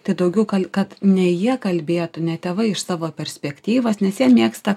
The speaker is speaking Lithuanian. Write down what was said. tai daugiau kad ne jie kalbėtų ne tėvai iš savo perspektyvas nes jie mėgsta